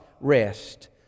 rest